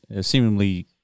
seemingly